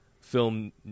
film